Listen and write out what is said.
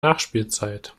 nachspielzeit